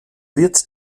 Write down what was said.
wird